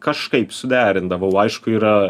kažkaip suderindavau aišku yra